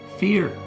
fear